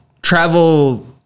travel